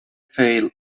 pale